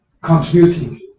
contributing